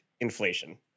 inflation